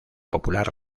popular